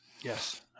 Yes